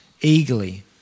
eagerly